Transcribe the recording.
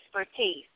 expertise